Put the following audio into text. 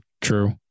True